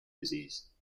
disease